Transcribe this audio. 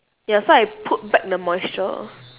ya so I put back the moisture